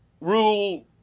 rule